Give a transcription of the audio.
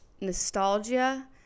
nostalgia